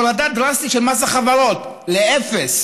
הורדה דרסטית של מס החברות לאפס.